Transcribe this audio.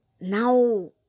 now